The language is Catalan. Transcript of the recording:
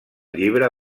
llibre